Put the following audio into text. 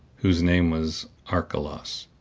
whose name was archelaus.